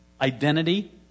identity